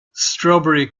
strawberry